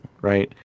right